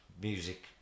music